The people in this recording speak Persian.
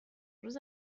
روز